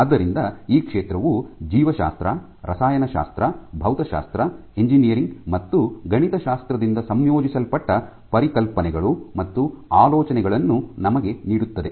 ಆದ್ದರಿಂದ ಈ ಕ್ಷೇತ್ರವು ಜೀವಶಾಸ್ತ್ರ ರಸಾಯನಶಾಸ್ತ್ರ ಭೌತಶಾಸ್ತ್ರ ಎಂಜಿನಿಯರಿಂಗ್ ಮತ್ತು ಗಣಿತಶಾಸ್ತ್ರದಿಂದ ಸಂಯೋಜಿಸಲ್ಪಟ್ಟ ಪರಿಕಲ್ಪನೆಗಳು ಮತ್ತು ಆಲೋಚನೆಗಳನ್ನು ನಮಗೆ ನೀಡುತ್ತದೆ